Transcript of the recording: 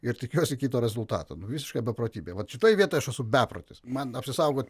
ir tikiuosi kito rezultato visiška beprotybė vat šitoj vietoj aš esu beprotis man apsisaugot